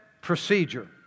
procedure